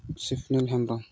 Hembrom